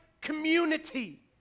community